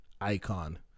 icon